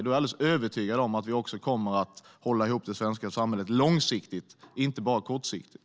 Då är jag alldeles övertygad om att vi också kommer att hålla ihop det svenska samhället långsiktigt, inte bara kortsiktigt.